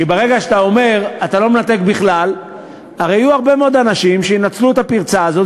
אתה מדבר על רשויות מקומיות.